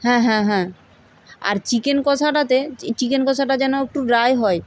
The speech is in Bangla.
হ্যাঁ হ্যাঁ হ্যাঁ আর চিকেন কষাটাতে চিকেন কষাটা যেন একটু ড্রাই হয়